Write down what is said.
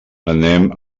anem